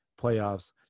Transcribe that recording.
playoffs